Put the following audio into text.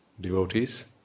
devotees